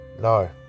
no